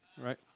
Right